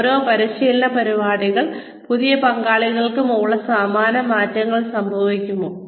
ഒരേ പരിശീലന പരിപാടിയിൽ പുതിയ പങ്കാളികൾക്കൊപ്പം സമാനമായ മാറ്റങ്ങൾ സംഭവിക്കുമോ